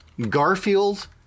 Garfield